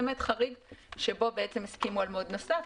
למעט חריג שבו הסכימו על מועד נוסף,